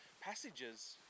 passages